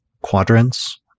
quadrants